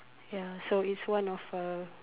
ya so it's one of a